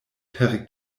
per